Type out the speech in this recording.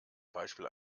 beispiel